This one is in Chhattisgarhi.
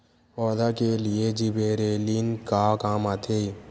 पौधा के लिए जिबरेलीन का काम आथे?